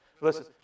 Listen